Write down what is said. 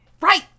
right